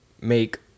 make